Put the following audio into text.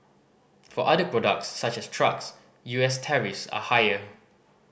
for other products such as trucks U S tariffs are higher